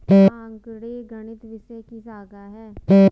आंकड़े गणित विषय की शाखा हैं